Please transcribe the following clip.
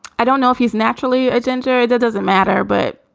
i don't know if he's naturally a ginger. that doesn't matter but,